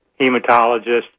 hematologist